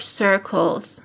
circles